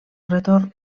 retorn